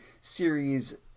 series